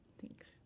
Thanks